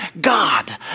God